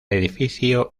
edificio